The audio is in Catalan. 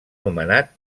nomenat